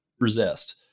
resist